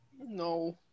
No